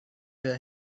her